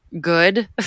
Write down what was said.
good